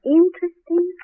interesting